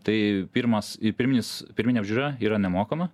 tai pirmas pirminis pirminė apžiūra yra nemokama